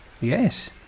Yes